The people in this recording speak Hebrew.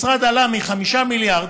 והמשרד עלה מ-5 מיליארד